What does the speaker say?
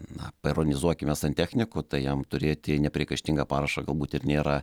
na paironizuokime santechniku tai jam turėti nepriekaištingą parašą galbūt ir nėra